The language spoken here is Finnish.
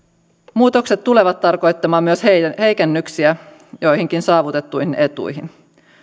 muutokset tulevat tarkoittamaan myös heikennyksiä joihinkin saavutettuihin etuihin